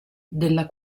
della